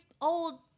old